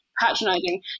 patronizing